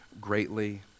greatly